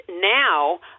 now